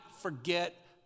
forget